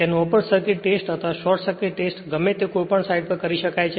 તેનું open circuit test અથવા short circuit test ગમે તે હોય તે કોઈપણ સાઇડ પર કરી શકાય છે